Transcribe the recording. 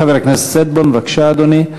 חבר הכנסת שטבון, בבקשה, אדוני.